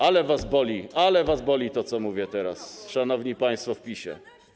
Ale was boli, ale was boli to, co mówię teraz, szanowni państwo w PiS-ie.